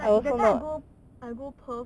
like that time I go I go perth